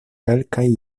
kelkaj